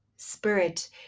spirit